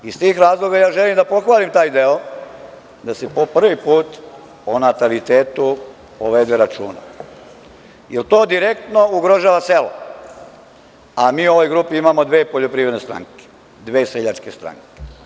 Iz tih razloga ja želim da pohvalim taj deo da se po prvi put o natalitetu povede računa, jer to direktno ugrožava selo, a mi u ovoj grupi imamo dve poljoprivredne stranke, dve seljačke stranke.